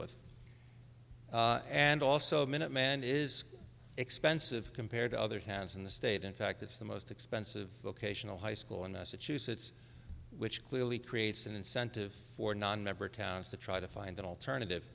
with and also minuteman is expensive compared to other towns in the state in fact it's the most expensive vocational high school in massachusetts which clearly creates an incentive for nonmember towns to try to find an alternative